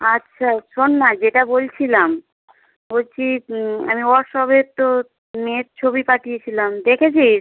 আচ্ছা শোন না যেটা বলছিলাম বলছি আমি হোয়াটসঅ্যাপে তোর মেয়ের ছবি পাঠিয়েছিলাম দেখেছিস